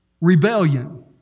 rebellion